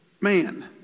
man